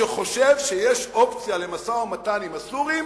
שחושב שיש אופציה במשא-ומתן עם הסורים,